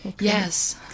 Yes